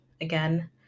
Again